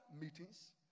meetings